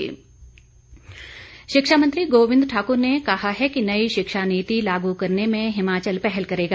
गोविंद ठाक्र शिक्षा मंत्री गोविंद ठाकुर ने कहा है कि नई शिक्षा नीति लागू करने में हिमाचल पहल करेगा